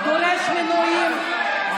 כולל מינויים,